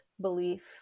belief